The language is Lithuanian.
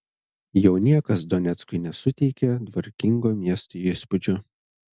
jau niekas doneckui nesuteikia tvarkingo miesto įspūdžio